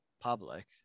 public